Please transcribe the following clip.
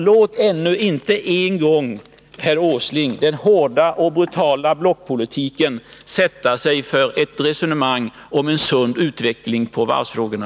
Låt inte ännu en gång, herr Åsling, den hårda och brutala blockpolitiken sätta stopp för ett resonemang om en sund utveckling när det gäller varvsfrågorna.